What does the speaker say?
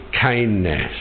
kindness